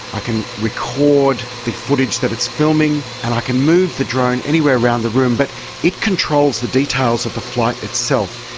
i can record the footage that it's filming, and i can move the drone anywhere around the room. but it controls the details of the flight itself,